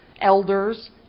elders